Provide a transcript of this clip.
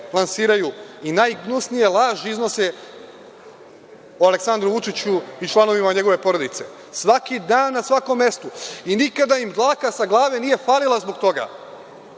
lansiraju i najgnusnije laži iznose o Aleksandru Vučiću i članovima njegove porodice, svaki dan, na svakom mestu i nikada im dlaka sa glave nije falila zbog toga.